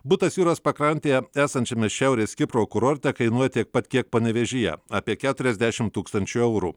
butas jūros pakrantėje esančiame šiaurės kipro kurorte kainuoja tiek pat kiek panevėžyje apie keturiasdešim tūkstančių eurų